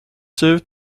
served